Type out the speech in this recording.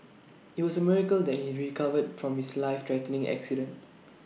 IT was A miracle that he recovered from his life threatening accident